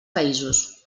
països